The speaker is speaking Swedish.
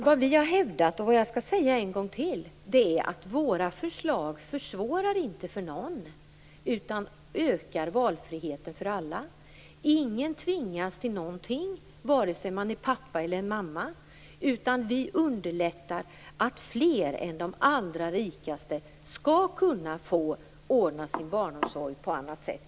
Vad vi har hävdat och vad jag vill säga en gång till är att våra förslag inte försvårar för någon utan ökar valfriheten för alla. Ingen tvingas till någonting, vare sig man är pappa eller mamma, utan vi vill underlätta för fler än de allra rikaste att kunna ordna sin barnomsorg på annat sätt.